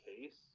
case